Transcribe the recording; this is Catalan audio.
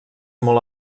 molt